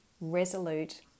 resolute